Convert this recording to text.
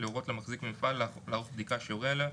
להורות למחזיק במפעל לערוך בדיקה שיורה עליה,